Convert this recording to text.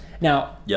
Now